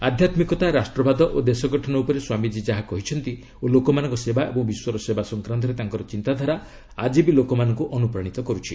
ଆଧ୍ୟାମିକତା ରାଷ୍ଟ୍ରବାଦ ଓ ଦେଶଗଠନ ଉପରେ ସ୍ୱାମୀଜୀ ଯାହା କହିଛନ୍ତି ଓ ଲୋକମାନଙ୍କ ସେବା ଏବଂ ବିଶ୍ୱର ସେବା ସଂକ୍ରାନ୍ତରେ ତାଙ୍କର ଚିନ୍ତାଧାରା ଆକି ବି ଲୋକମାନଙ୍କୁ ଅନୁପ୍ରାଣିତ କରୁଛି